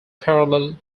parallel